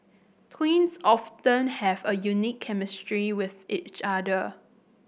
twins often have a unique chemistry with each other